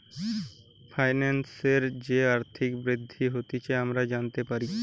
ফাইন্যান্সের যে আর্থিক বৃদ্ধি হতিছে আমরা জানতে পারি